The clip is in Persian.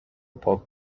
پاک